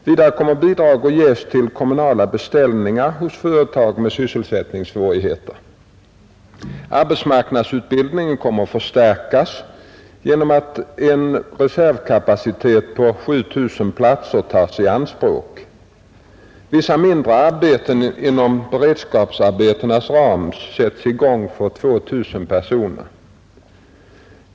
Vidare kommer bidrag att ges till kommunala beställningar hos företag med sysselsättningssvårigheter. Arbetsmarknadsutbildningen kommer att förstärkas genom att en reservkapacitet på 7 000 platser tas i anspråk. Vissa mindre arbeten inom beredskapsarbetenas ram sätts i gång för 2 000 personer.